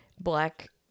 black